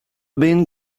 been